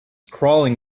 crawling